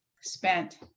spent